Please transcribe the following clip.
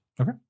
Okay